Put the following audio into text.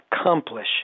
accomplish